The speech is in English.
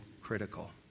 critical